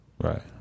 Right